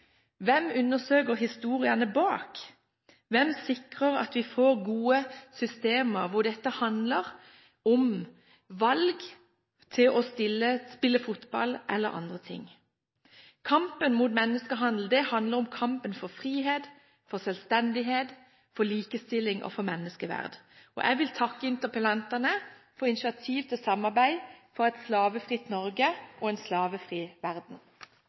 Hvem undersøker historiene bak? Hvem sikrer at vi får gode systemer hvor det handler om valg, å spille fotball eller gjøre andre ting? Kampen mot menneskehandel handler om kampen for frihet, for selvstendighet, for likestilling og for menneskeverd. Jeg vil takke interpellantene for initiativ til samarbeid for et slavefritt Norge og en slavefri verden.